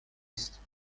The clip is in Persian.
است